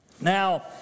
Now